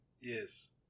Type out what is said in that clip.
Yes